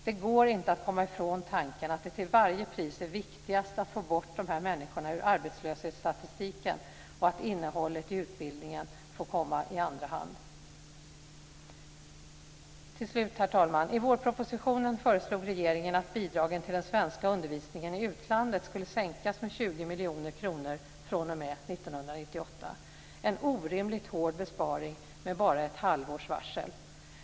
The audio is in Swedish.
Det går inte att komma ifrån tanken att det till varje pris är viktigast att få bort dessa människor ur arbetslöshetsstatistiken och att innehållet i utbildningen får komma i andra hand. Herr talman! I vårpropositionen föreslog regeringen att bidragen till den svenska undervisningen i utlandet skulle sänkas med 20 miljoner kronor fr.o.m. 1998, vilket är en orimligt hård besparing med bara ett halvårs varsel.